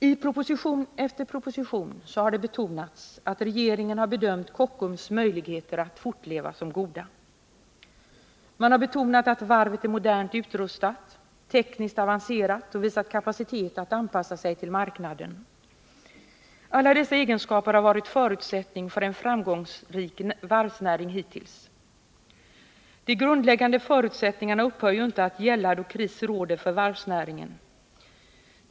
I proposition efter proposition har det betonats att regeringen bedömt Kockums möjligheter att fortleva som goda. Man har betonat att varvet är modernt utrustat, tekniskt avancerat och att det har visat kapacitet att anpassa sig till marknaden. Dessa egenskaper har varit förutsättningar för en framgångsrik varvsnäring hittills. De grundläggande förutsättningarna upphör ju inte att gälla då kris råder för varvsnäringen.